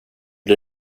bli